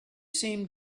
seemed